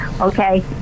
okay